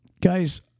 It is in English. Guys